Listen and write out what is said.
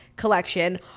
collection